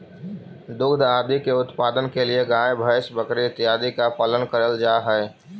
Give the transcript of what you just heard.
दुग्ध आदि के उत्पादन के लिए गाय भैंस बकरी इत्यादि का पालन करल जा हई